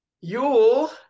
Yule